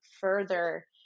further